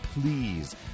please